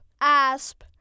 ASP